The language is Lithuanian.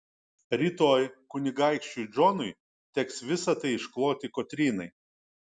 rytoj kunigaikščiui džonui teks visa tai iškloti kotrynai